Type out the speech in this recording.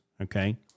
okay